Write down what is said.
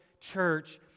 church